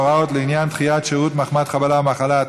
הוראות לעניין דחיית שירות מחמת חבלה או מחלה),